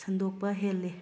ꯁꯟꯗꯣꯛꯄ ꯍꯦꯜꯂꯤ